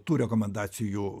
tų rekomendacijų